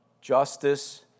justice